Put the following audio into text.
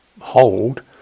hold